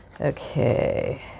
Okay